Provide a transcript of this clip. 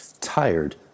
Tired